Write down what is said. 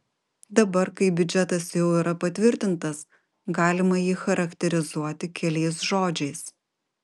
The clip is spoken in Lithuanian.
dabar kai biudžetas jau yra patvirtintas galima jį charakterizuoti keliais žodžiais